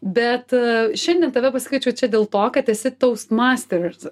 bet šiandien tave pasikviečiau čia dėl to kad esi taust masters